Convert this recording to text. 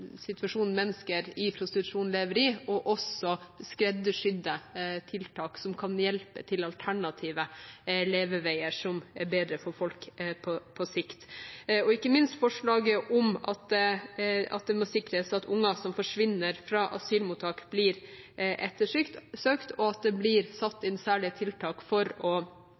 situasjonen mennesker i prostitusjon lever i, og få skreddersydde tiltak som hjelper dem til alternative leveveier som er bedre for folk på sikt. Ikke minst er det et forslag om at det må sikres at unger som forsvinner fra asylmottak, blir ettersøkt, og at det blir satt inn særlige tiltak for å